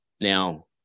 Now